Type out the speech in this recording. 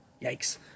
yikes